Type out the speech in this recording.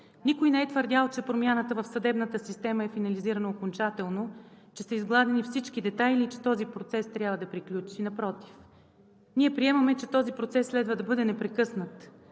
Никой не е твърдял, че промяната в съдебната система е финализирана окончателно, че са изгладени всички детайли и че този процес трябва да приключи. Напротив, ние приемаме, че този процес следва да бъде непрекъснат,